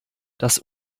das